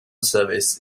service